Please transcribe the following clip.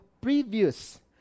previous